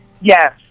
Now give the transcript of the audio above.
Yes